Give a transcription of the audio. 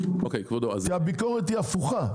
הביקורת היא הפוכה.